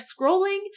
scrolling